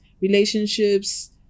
Relationships